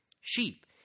sheep